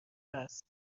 است